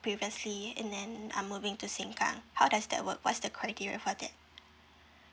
previously and then I'm moving to sengkang how does that work what's the criteria for that